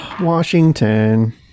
Washington